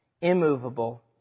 immovable